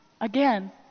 again